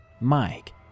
Mike